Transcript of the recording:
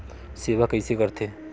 सेवा कइसे करथे?